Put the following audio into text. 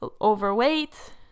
overweight